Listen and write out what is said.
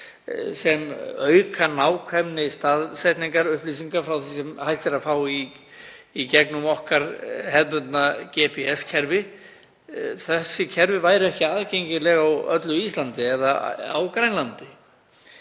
sem auka nákvæmni staðsetningarupplýsinga frá því sem hægt er að fá í gegnum okkar hefðbunda GPS-kerfi, væru ekki aðgengileg á öllu Íslandi eða á Grænlandi.